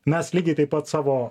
mes lygiai taip pat savo